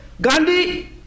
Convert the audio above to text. Gandhi